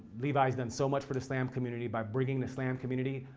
levi has done so much for the slam community by bringing the slam community,